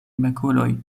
makuloj